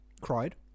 Cried